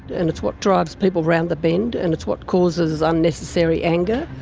and it's what drives people around the bend and it's what causes unnecessary anger,